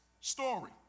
story